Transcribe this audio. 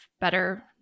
better